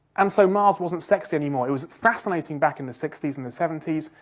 and so mars wasn't sexy anymore. it was fascinating back in the sixty s and the seventy s,